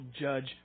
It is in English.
judge